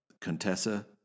Contessa